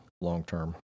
long-term